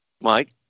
Mike